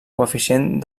coeficient